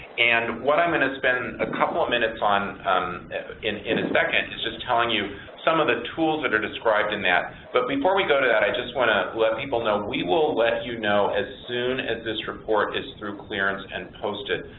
and what i'm going to spend a couple of minutes on in in a second is just telling you some of the tools that are described in that. but before we go to that, i just want to let people know, we will let you know as soon as this report is through clearance and posted.